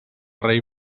rei